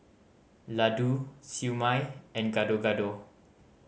laddu Siew Mai and Gado Gado